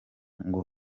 ngo